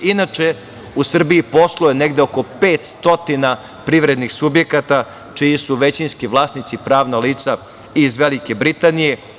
Inače, u Srbiji posluje negde oko 500 privrednih subjekata čiji su većinski vlasnici pravna lica iz Velike Britanije.